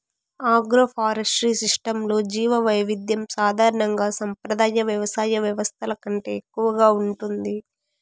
agroforestry సిస్టమ్స్లో జీవవైవిధ్యం సాధారణంగా సంప్రదాయ వ్యవసాయ వ్యవస్థల కంటే ఎక్కువగా ఉంటుంది